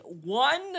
one